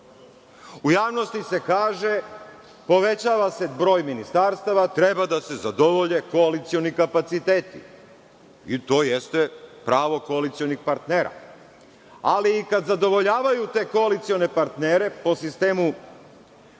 javnosti se kaže – povećava se broj ministarstava, treba da se zadovolje koalicioni kapaciteti. To jeste pravo koalicionih partnera. Ali, i kad zadovoljavaju te koalicione partnere, po sistemu